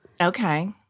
Okay